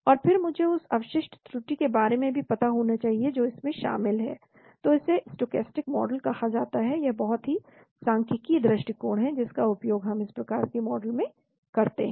और फिर मुझे उस अवशिष्ट त्रुटि के बारे में भी पता होना चाहिए जो इसमें शामिल है तो इसे स्टोकेस्टिक मॉडल कहा जाता है यह एक बहुत ही सांख्यिकीय दृष्टिकोण है जिसका उपयोग हम इस प्रकार के मॉडल में करते हैं